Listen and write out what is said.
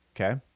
okay